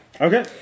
Okay